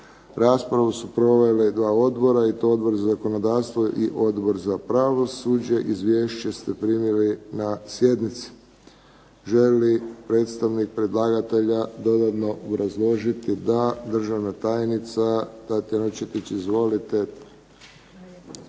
Raspravu su proveli dva odbora i to Odbor za zakonodavstvo i Odbor za pravosuđe. Izvješće ste primili na sjednici. Želi li predstavnik predlagatelja dodatno obrazložiti? Da. Državna tajnica Tatjana Vučetić. Izvolite.